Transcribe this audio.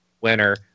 winner